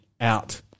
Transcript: out